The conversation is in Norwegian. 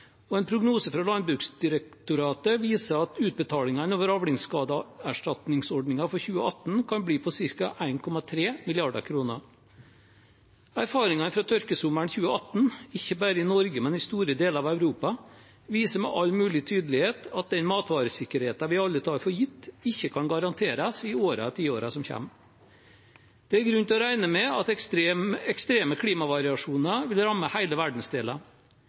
og en prognose fra Landbruksdirektoratet viser at utbetalingene over avlingsskadeerstatningsordningen for 2018 kan bli på ca. 1,3 mrd. kr. Erfaringene fra tørkesommeren 2018, ikke bare i Norge, men i store deler av Europa, viser med all mulig tydelighet at den matvaresikkerheten vi alle tar for gitt, ikke kan garanteres i årene eller tiårene som kommer. Det er grunn til å regne med at ekstreme klimavariasjoner vil ramme hele